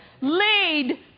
lead